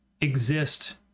exist